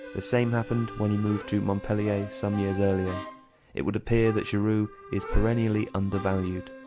the same happened when he moved to montpellier some years earlier it would appear that giroud is perennially undervalued.